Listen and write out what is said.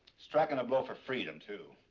striking a blow for freedom, too.